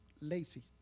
lazy